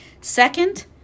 Second